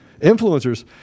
influencers